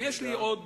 ויש לי עוד